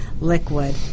liquid